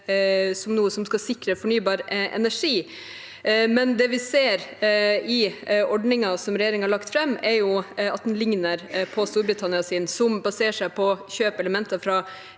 som noe som skal sikre fornybar energi. Det vi ser i ordningen som regjeringen har lagt fram, er at den likner på Storbritannias, som baserer seg på å kjøpe elementer fra